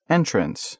Entrance